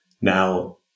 Now